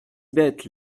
bêtes